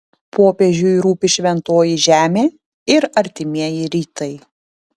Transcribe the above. popiežiui rūpi šventoji žemė ir artimieji rytai